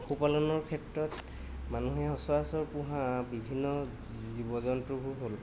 পশুপালনৰ ক্ষেত্ৰত মানুহে সচৰাচৰ পোহা বিভিন্ন জীৱ জন্তুবোৰ হ'ল